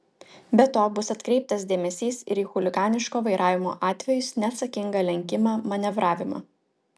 be to bus atkreiptas dėmesys ir į chuliganiško vairavimo atvejus neatsakingą lenkimą manevravimą